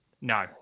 No